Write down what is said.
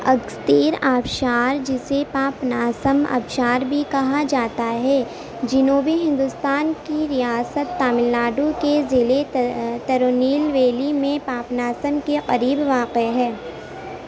اگستیر آبشار جسے پاپناسم ابشار بھی کہا جاتا ہے جنوبی ہندوستان کی ریاست تامل ناڈو کے ضلعے ترونیل ویلی میں پاپناسم کے قریب واقع ہے